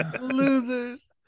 Losers